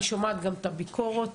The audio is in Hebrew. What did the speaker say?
אני שומעת את הביקורות